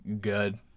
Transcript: good